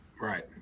Right